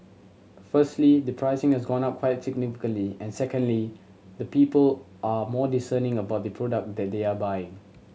firstly the pricing has gone up quite significantly and secondly the people are more discerning about the product that they are buying